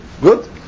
Good